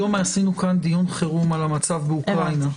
היום עשינו כאן דיון חירום על המצב באוקראינה.